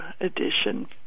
edition